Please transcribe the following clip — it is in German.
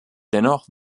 dennoch